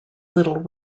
little